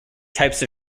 types